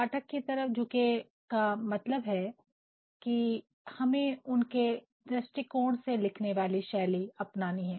पाठक की तरफ झुके का मतलब है कि हमें उनके दृष्टिकोण से लिखने वाली शैली अपनानी है